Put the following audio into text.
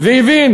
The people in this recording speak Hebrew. והבין